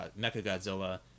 Mechagodzilla